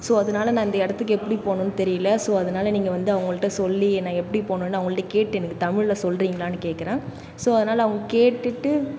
so அதனால் நான் இந்த இடத்துக்கு எப்படி போகணும்னு தெரியலை ஸோ அதனால் நீங்கள் வந்து அவங்கள்கிட்ட சொல்லி என்ன எப்படி போகணும்னு அவங்கள்கிட்ட கேட்டு எனக்கு தமிழில் சொல்றீங்களான்னு கேட்கறேன் ஸோ அதனால் அவங்க கேட்டுவிட்டு